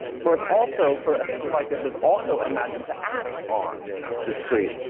for it's also, for a system like this is also imagined to act on discrete,